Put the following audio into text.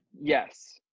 Yes